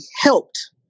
helped